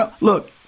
Look